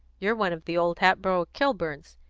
you're one of the old hatboro' kilburns,